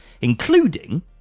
including